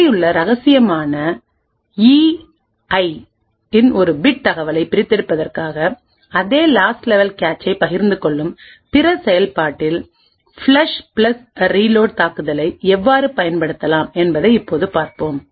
மேலேயுள்ள ரகசியமான ஈ ஐE i இன் ஒரு பிட் தகவலைப் பிரித்தெடுப்பதற்காக அதே லாஸ்ட் லெவல் கேச்சை பகிர்ந்து கொள்ளும் பிற செயல்பாட்டில்ஃப்ளஷ் பிளஸ் ரீலோட் தாக்குதலை எவ்வாறு பயன்படுத்தலாம் என்பதை இப்போது பார்ப்போம்